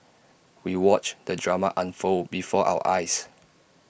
we watched the drama unfold before our eyes